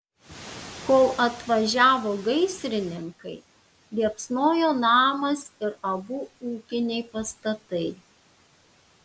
kol atvažiavo gaisrininkai liepsnojo namas ir abu ūkiniai pastatai